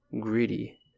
greedy